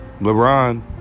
LeBron